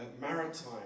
maritime